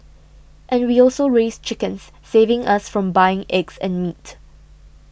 and we also raise chickens saving us from buying eggs and meat